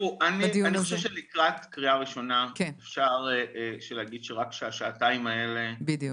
אני חושב שלקראת קריאה ראשונה אפשר להגיד שרק השעתיים האלה אנחנו